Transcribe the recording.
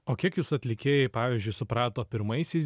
o kiek jus atlikėjai pavyzdžiui suprato pirmaisiais